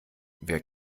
wer